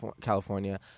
California